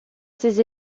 ces